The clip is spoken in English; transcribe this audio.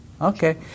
Okay